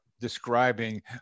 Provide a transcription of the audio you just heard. Describing